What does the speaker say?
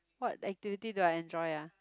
what activity do I enjoy ah